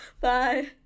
Bye